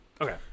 okay